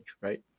right